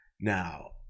Now